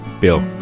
bill